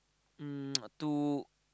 um to